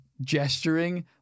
gesturing